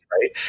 Right